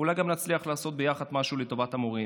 אולי גם נצליח לעשות ביחד משהו לטובת המורים.